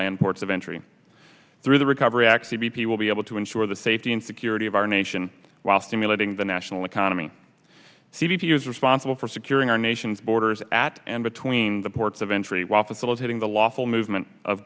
land ports of entry through the recovery act the b p will be able to ensure the safety and security of our nation while stimulating the national economy c b p is responsible for securing our nation's borders at and between the ports of entry while facilitating the lawful movement of